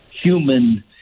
human